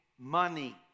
money